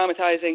traumatizing